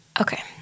Okay